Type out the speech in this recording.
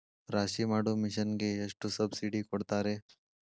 ರಾಶಿ ಮಾಡು ಮಿಷನ್ ಗೆ ಎಷ್ಟು ಸಬ್ಸಿಡಿ ಕೊಡ್ತಾರೆ?